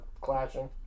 clashing